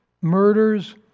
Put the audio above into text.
murders